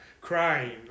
crying